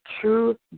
true